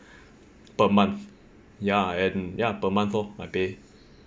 per month ya and ya per month lor I pay